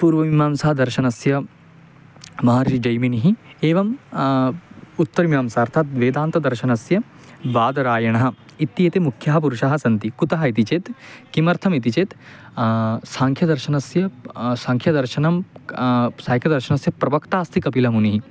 पूर्वमीमांसा दर्शनस्य महर्षिः जैमिनिः एवम् उत्तरमीमांसा अर्थात् वेदान्तदर्शनस्य बादरायणः इत्येते मुख्याः पुरुषाः सन्ति कुतः इति चेत् किमर्थम् इति चेत् साङ्ख्यदर्शनस्य साङ्ख्यदर्शनं क् साहित्यदर्शनस्य प्रवक्ता अस्ति कपिलमुनिः